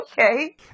Okay